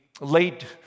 late